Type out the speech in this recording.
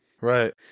Right